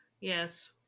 Yes